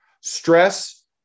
stress